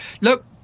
Look